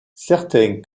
certains